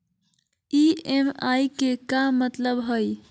EMI के का मतलब हई?